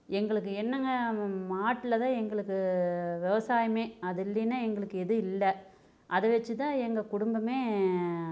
எங்களுக்கு என்னெங்க மாட்டில்தான் எங்களுக்கு விவசாயமே அது இல்லைன்னா எங்களுக்கு எதுவும் இல்லை அதை வச்சுதான் எங்கள் குடும்பமே